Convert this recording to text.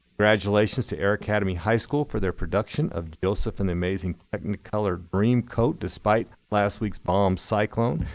congratulations to air academy high school for their production of joseph and the amazing technicolor dreamcoat. despite last week's bomb cyclone,